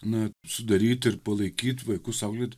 na sudaryt ir palaikyt vaikus auklėt